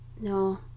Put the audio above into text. No